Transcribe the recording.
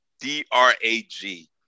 D-R-A-G